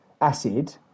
acid